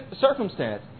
circumstance